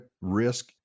risk